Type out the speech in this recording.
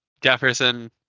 Jefferson